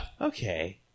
okay